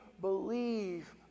believe